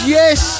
yes